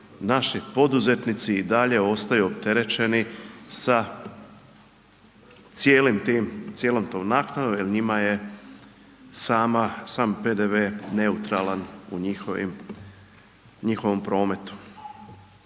naši poduzetnici i dalje ostaju opterećeni sa cijelim tom naknadom jer njima je sam PDV neutralan u njihovom prometu.